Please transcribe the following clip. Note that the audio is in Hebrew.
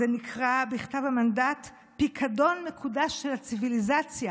זה נקרא בכתב המנדט: פיקדון מקודש של הציוויליזציה